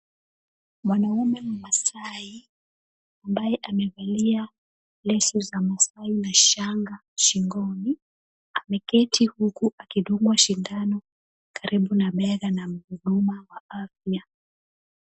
Mwanamme Mmasai ambaye amevalia leso za Masai na shanga shingoni ameketi huku akidungwa sindano karibu na bega na mhudumu wa afya.